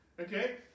Okay